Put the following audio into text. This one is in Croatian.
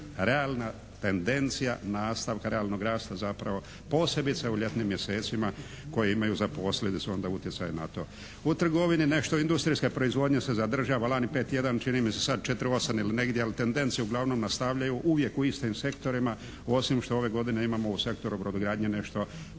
realna tendencija nastavka realnog rasta zapravo posebice u ljetnim mjesecima koje imaju za posljedicu onda utjecaj na to. U trgovini nešto industrijska proizvodnja se zadržava, lani 5,1 čini mi se, sad 4,8 ili negdje, ali tendencije uglavnom nastavljaju uvijek u istim sektorima, osim što ove godine imamo u sektoru brodogradnje nešto,